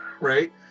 right